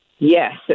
Yes